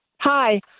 Hi